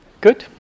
Good